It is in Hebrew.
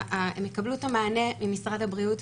הם יקבלו את המענה ממשרד הבריאות,